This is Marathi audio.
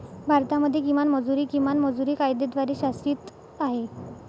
भारतामध्ये किमान मजुरी, किमान मजुरी कायद्याद्वारे शासित आहे